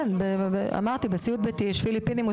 בסיעוד ביתי יש פיליפינים,